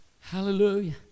Hallelujah